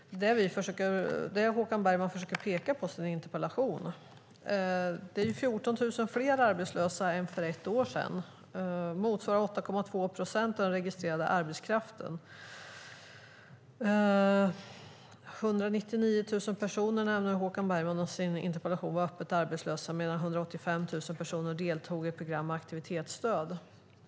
Men det är det Håkan Bergman försöker peka på i sin interpellation. Det är 14 000 fler arbetslösa än för ett år sedan. Det motsvarar 8,2 procent av den registrerade arbetskraften. Håkan Bergman nämner i sin interpellation att 199 000 personer var öppet arbetslösa, medan 185 000 personer deltog i program med aktivitetsstöd.